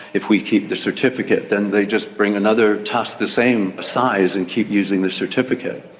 if we keep the certificate then they just bring another tusk the same size and keep using the certificate.